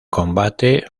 combate